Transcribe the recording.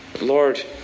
Lord